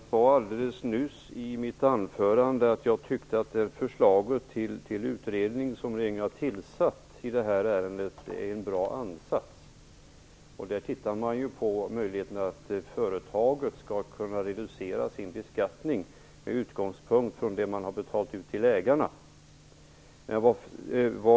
Fru talman! Jag sade alldeles nyss i mitt anförande att jag tyckte att den utredning som regeringen har tillsatt i det här ärendet är en bra ansats. I den utredningen undersöker man möjligheterna till reducering av företagens beskattning med utgångspunkt i det som har betalats ut till ägarna.